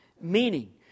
meaning